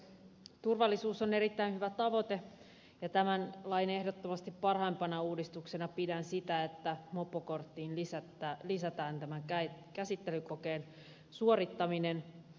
turvallisuus on erittäin hyvä tavoite ja tämän lain ehdottomasti parhaimpana uudistuksena pidän sitä että mopokorttiin lisätään käsittelykokeen suorittaminen